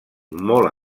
molt